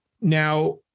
Now